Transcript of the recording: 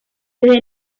desde